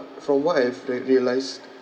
from what I've re~ realised